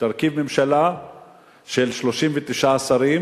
להרכיב ממשלה של 39 שרים